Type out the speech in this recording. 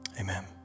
amen